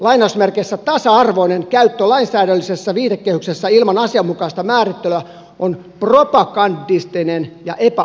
termin tasa arvoinen käyttö lainsäädännöllisessä viitekehyksessä ilman asianmukaista määrittelyä on propagandistista ja epäammattimaista